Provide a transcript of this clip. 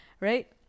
right